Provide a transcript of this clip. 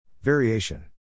Variation